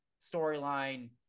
storyline